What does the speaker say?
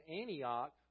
Antioch